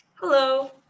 Hello